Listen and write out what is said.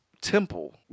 temple